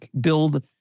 build